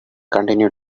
continue